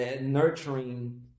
nurturing